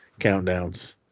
countdowns